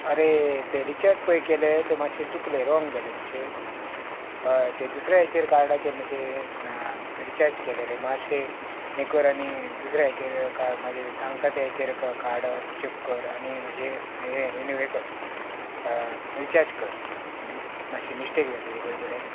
अरे तें रिचार्ज पय केले तें मातशे चुकले रोंग जाले मातशे हय तें दुसऱ्या हाचेर कार्डाचेर मातशे रिचार्ज केले रे मातशे हे कर आनी दुसऱ्या हाचेर कार्ड म्हाजे सांगता तें हेचेर कार्डार चॅक कर आनी मातशे हे रिन्यू हे कर रिचार्ज कर मातशे मिस्टेक जाली रे गडबडेन